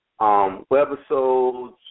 webisodes